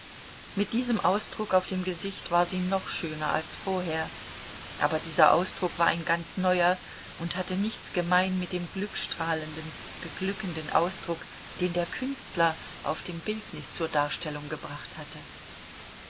mit diesem ausdruck auf dem gesicht war sie noch schöner als vorher aber dieser ausdruck war ein ganz neuer und hatte nichts gemein mit dem glückstrahlenden beglückenden ausdruck den der künstler auf dem bildnis zur darstellung gebracht hatte